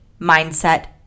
mindset